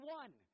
one